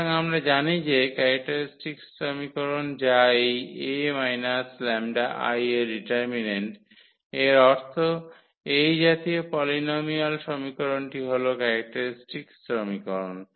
সুতরাং আমরা জানি যে ক্যারেক্টারিস্টিক্স সমীকরণ যা এই 𝐴 𝜆𝐼 এর ডিটারমিন্যান্ট এর অর্থ এই জাতীয় পলিনোমিয়াল সমীকরণটি হল ক্যারেক্টারিস্টিক্স সমীকরণ